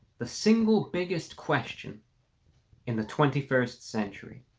the single biggest question in the twenty first century